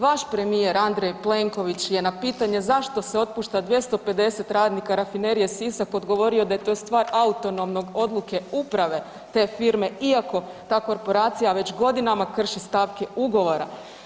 Vaš premijer Andrej Plenković je na pitanje zašto se otpušta 250 radnika Rafinerije Sisak odgovori da je to stvar autonomne odluke uprave te firme, iako ta korporacija već godinama krši stavke ugovora.